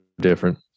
different